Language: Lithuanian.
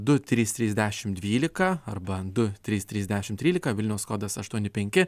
du trys trys dešimt dvylika arba du trys trys dešimt trylika vilniaus kodas aštuoni penki